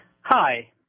Hi